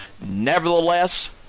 Nevertheless